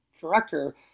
director –